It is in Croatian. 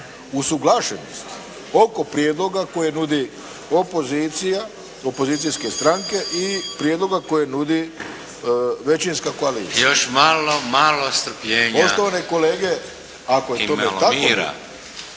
usuglašenosti oko prijedloga koje nudi opozicija, opozicijske stranke i prijedloga kojega nudi većinska koalicija. **Šeks, Vladimir